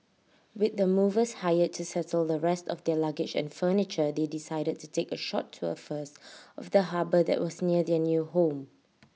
with the movers hired to settle the rest of their luggage and furniture they decided to take A short tour first of the harbour that was near their new home